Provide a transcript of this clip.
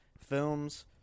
Films